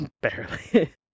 Barely